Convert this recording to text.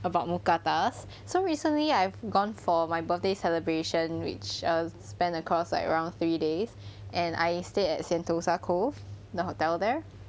about mookatas so recently I've gone for my birthday celebration which err spanned across like around three days and I stayed at sentosa cove the hotel there